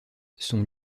sont